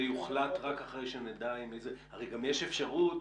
זה יוחלט רק אחרי שנדע הרי גם יש אפשרות,